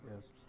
Yes